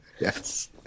yes